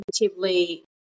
relatively